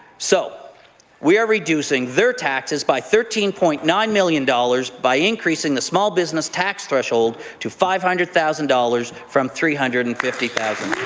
so we are reducing their taxes by thirteen point nine million dollars by increasing the small business tax threshold to five hundred thousand dollars from three hundred and fifty thousand